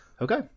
okay